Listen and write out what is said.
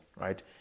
right